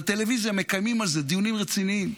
בטלוויזיה מקיימים על זה דיונים רציניים: